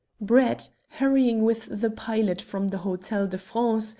brett, hurrying with the pilot from the hotel de france,